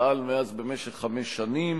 פעל במשך חמש שנים,